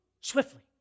swiftly